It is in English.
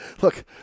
Look